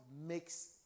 makes